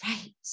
Right